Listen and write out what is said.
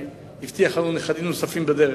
שהבטיח לנו נכדים נוספים בדרך,